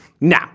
Now